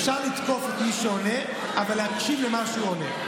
אפשר לתקוף את מי שעונה אבל להקשיב למה שהוא עונה.